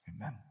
Amen